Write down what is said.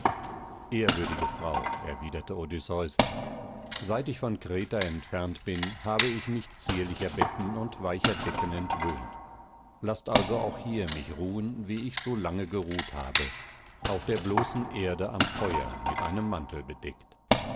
ehrwürdige frau erwiderte odysseus seit ich von kreta entfernt bin habe ich mich zierlicher betten und weicher decken entwöhnt laßt also auch hier mich ruhen wie ich so lange geruht habe auf der bloßen erde am feuer mit einem mantel bedeckt